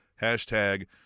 Hashtag